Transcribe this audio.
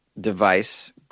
device